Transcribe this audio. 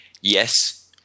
yes